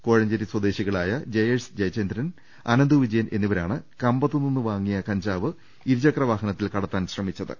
കോഴ ഞ്ചേരി സ്വദേശികളായ ജയേഷ് ജയചന്ദ്രൻ അനന്തു വിജ യൻ എന്നിവരാണ് കമ്പത്തുനിന്ന് വാങ്ങിയ കഞ്ചാവ് ഇരു ചക്ര വാഹനത്തിൽ കടത്താൻ ശ്രമിച്ചത്